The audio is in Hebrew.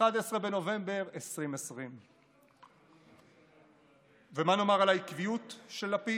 11 בנובמבר 2020. ומה נאמר על העקביות של לפיד?